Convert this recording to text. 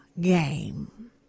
game